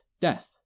death